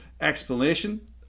explanation